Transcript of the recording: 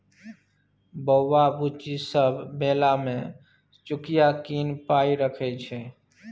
बौआ बुच्ची सब मेला मे चुकिया कीन पाइ रखै छै